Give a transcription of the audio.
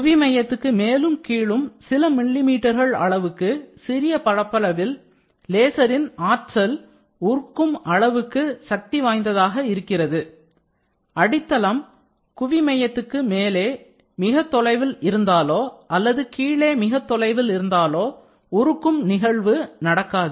குவி மையத்துக்கு மேலும்கீழும் சில மில்லி மீட்டர்கள் அளவுக்கு சிறிய பரப்பளவில் லேசரின் ஆற்றல் உருக்கும் அளவுக்கு சக்தி வாய்ந்ததாக இருக்கிறது அடித்தளம் குவிமையத்துக்கு மேலே மிகத் தொலைவில் இருந்தாலோ அல்லது கீழே மிகத் தொலைவில் இருந்தாலோ உருக்கும் நிகழ்வு நடக்காது